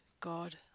God